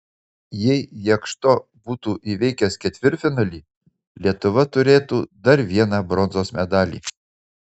jei jakšto būtų įveikęs ketvirtfinalį lietuva turėtų dar vieną bronzos medalį